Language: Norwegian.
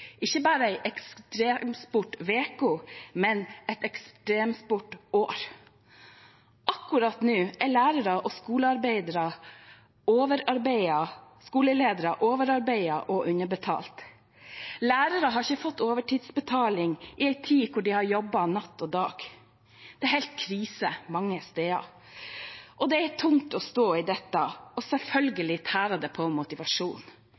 ekstremsport, ikke bare Ekstremsportveko, men et ekstremsportår. Akkurat nå er lærere og skoleledere overarbeidet og underbetalt. Lærere har ikke fått overtidsbetaling i en tid da de har jobbet natt og dag. Det er helt krise mange steder. Det er tungt å stå i dette, og selvfølgelig tærer det på